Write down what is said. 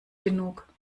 genug